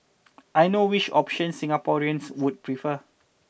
I know which option Singaporeans would prefer